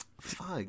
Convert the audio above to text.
Fuck